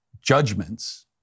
judgments